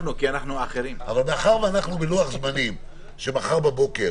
אבל מאחר ואנחנו בלוח זמנים שאם מחר בבוקר